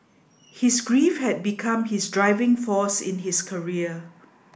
his grief had become his driving force in his career